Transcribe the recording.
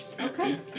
okay